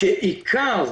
כשעיקר